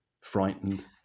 frightened